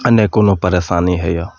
आ नहि कोनो परेशानी होइया